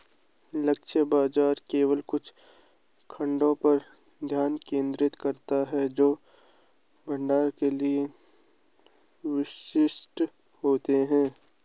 लक्ष्य बाजार केवल कुछ खंडों पर ध्यान केंद्रित करता है जो ब्रांड के लिए विशिष्ट होते हैं